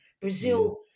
Brazil